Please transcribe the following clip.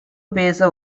பேச